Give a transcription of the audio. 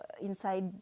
inside